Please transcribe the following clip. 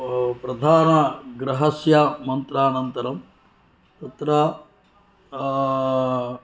प्रधानग्रहस्य मन्त्रानन्तरं तत्र